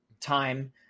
time